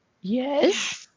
yes